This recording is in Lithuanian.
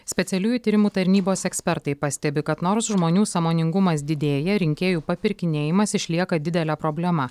specialiųjų tyrimų tarnybos ekspertai pastebi kad nors žmonių sąmoningumas didėja rinkėjų papirkinėjimas išlieka didele problema